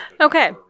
Okay